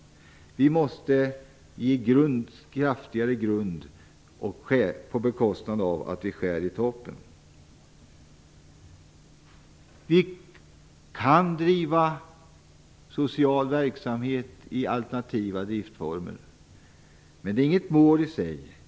Vi måste ge det en kraftigare grund, och vi måste göra det genom att börja skära i toppen. Vi kan driva social verksamhet i alternativa driftformer. Men det är inget mål i sig.